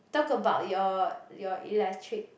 talk about your your electric